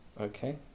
Okay